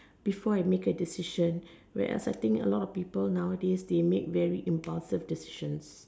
before I make a decision where else I think a lot of people nowadays they make very impulse decision